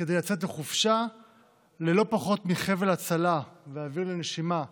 כדי לצאת לחופשה ללא פחות מחבל הצלה ואוויר לנשימה,